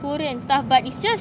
soru and stuff but it's just